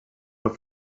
have